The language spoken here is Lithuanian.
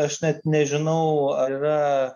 aš net nežinau ar yra